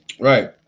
Right